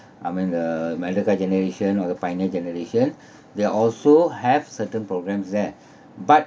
I mean the merdeka generation or the pioneer generation there also have certain programmes there but